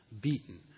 beaten